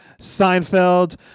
Seinfeld